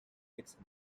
nixon